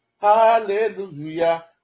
hallelujah